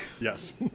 Yes